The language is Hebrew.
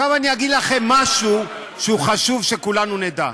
עכשיו אני אגיד לכם משהו שחשוב שכולנו נדע.